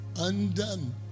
Undone